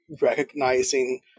recognizing